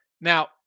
Now